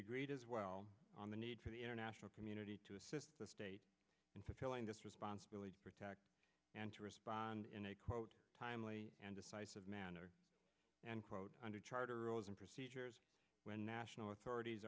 agreed as well on the need for the international community to assist the state in filling this responsibility to protect and to respond in a quote timely and decisive manner and quote under the charter rules and procedures when national authorities